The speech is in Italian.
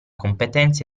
competenza